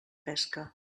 pesca